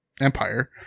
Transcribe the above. empire